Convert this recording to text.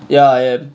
ya I am